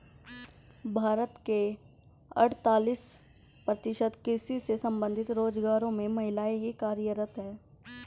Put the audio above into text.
भारत के अड़तालीस प्रतिशत कृषि से संबंधित रोजगारों में महिलाएं ही कार्यरत हैं